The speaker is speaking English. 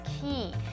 key